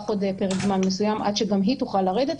עוד פרק זמן מסוים עד שגם היא תוכל לרדת,